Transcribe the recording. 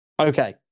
Okay